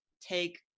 take